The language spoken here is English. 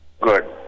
Good